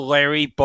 Larry